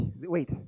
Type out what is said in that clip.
Wait